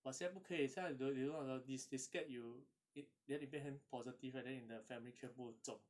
but 现在不可以现在 they they don't allow this they scared you it then 你变成 positive right then 你的 family 全部中